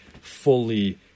fully